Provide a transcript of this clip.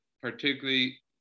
particularly